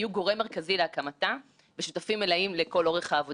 לחקור מדוע אדם מן השורה יירדף עד תום על חוב של 10,000